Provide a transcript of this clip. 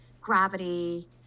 gravity